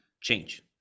change